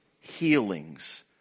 healings